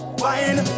wine